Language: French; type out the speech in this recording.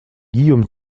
guillaume